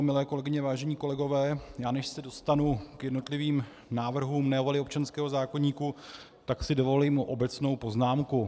Milé kolegyně, vážení kolegové, než se dostanu k jednotlivým návrhům novely občanského zákoníku, tak si dovolím obecnou poznámku.